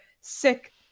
sick